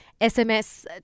SMS